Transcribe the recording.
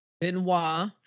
Benoit